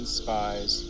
spies